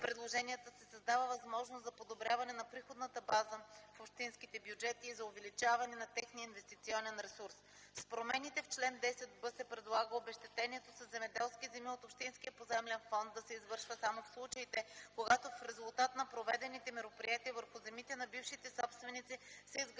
предложенията се създава възможност за подобряване на приходната база в общинските бюджети и за увеличаване на техния инвестиционен ресурс. С промените в чл. 10б се предлага обезщетението със земеделски земи от общинския поземлен фонд да се извършва само в случаите, когато в резултат на проведените мероприятия върху земите на бившите собственици са изградени